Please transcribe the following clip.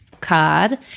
card